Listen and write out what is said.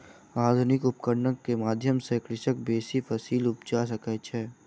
आधुनिक उपकरण के माध्यम सॅ कृषक बेसी फसील उपजा सकै छै